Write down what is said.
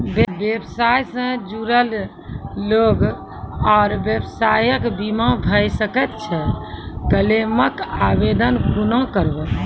व्यवसाय सॅ जुड़ल लोक आर व्यवसायक बीमा भऽ सकैत छै? क्लेमक आवेदन कुना करवै?